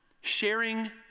sharing